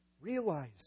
realize